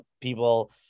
people